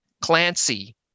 Clancy